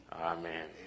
Amen